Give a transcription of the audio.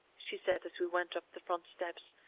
she said as we went up the front steps,